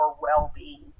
well-being